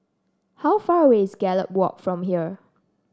how far away is Gallop Walk from here